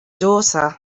daughter